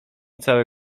cały